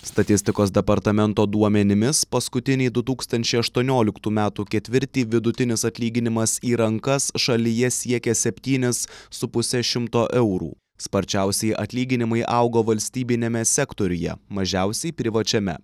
statistikos departamento duomenimis paskutinį du tūkstančiai aštuonioliktų metų ketvirtį vidutinis atlyginimas į rankas šalyje siekė septynis su puse šimto eurų sparčiausiai atlyginimai augo valstybiniame sektoriuje mažiausiai privačiame